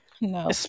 No